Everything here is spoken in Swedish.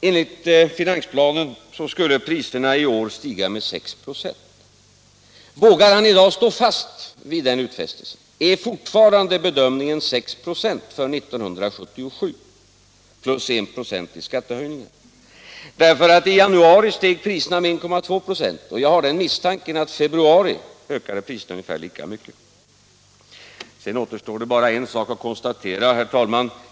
Enligt finansplanen skall priserna i år stiga med 6 96. Jag vill då fråga: Vågar herr Bohman i dag stå fast vid den utfästelsen? Är bedömningen för 1977 fortfarande 6 96 plus 1 96 i skattehöjning? I januari steg priserna med 1,2 §, och jag hyser den misstanken att priserna i februari ökade ungefär lika mycket. Sedan återstår bara en sak att konstatera, herr talman.